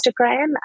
instagram